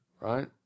right